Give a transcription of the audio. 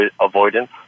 avoidance